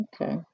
Okay